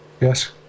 Yes